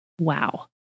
Wow